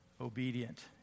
obedient